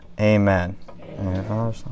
Amen